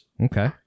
Okay